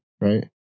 right